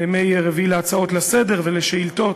בימי רביעי על הצעות לסדר-היום ושאילתות,